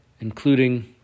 including